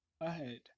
ahead